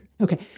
Okay